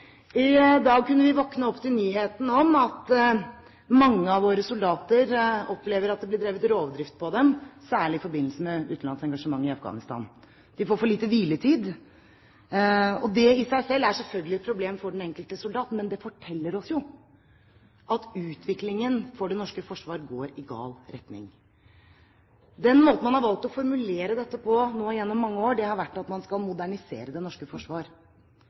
I dag kunne vi våkne opp til nyheten om at mange av våre soldater opplever at det blir drevet rovdrift på dem, særlig i forbindelse med utenlandsengasjementet i Afghanistan. De får for lite hviletid. Det i seg selv er selvfølgelig et problem for den enkelte soldat, men det forteller oss jo at utviklingen for det norske forsvar går i gal retning. Den måten man har valgt å formulere dette på nå gjennom mange år, har vært at man skal modernisere det norske forsvar.